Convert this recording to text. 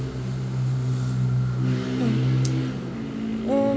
mm mm